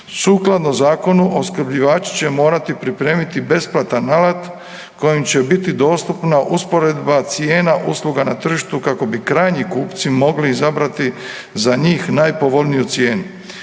Sukladno zakonu opskrbljivači će morati pripremati besplatan alat kojim će biti dostupna usporedba cijena usluga na tržištu kako bi krajnji kupci mogli izabrati za njih najpovoljniju cijenu.